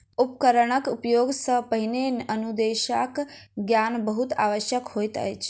उपकरणक उपयोग सॅ पहिने अनुदेशक ज्ञान बहुत आवश्यक होइत अछि